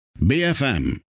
BFM